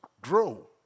grow